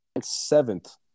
Seventh